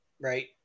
right